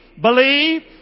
Believe